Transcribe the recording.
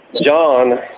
John